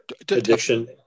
Addiction